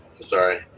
Sorry